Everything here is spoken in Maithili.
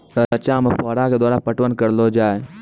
रचा मे फोहारा के द्वारा पटवन करऽ लो जाय?